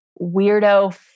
weirdo